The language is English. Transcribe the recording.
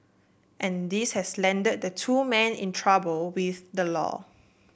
and this has landed the two men in trouble with the law